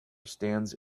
stands